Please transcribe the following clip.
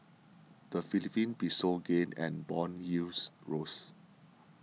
the Philippine Peso gained and bond yields rose